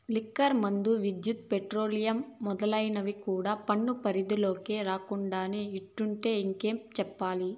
liquor మందు, విద్యుత్, petroleum మొదలైనవి కూడా పన్ను పరిధిలోకి రాకుండానే ఇట్టుంటే ఇంకేటి చెప్పాలి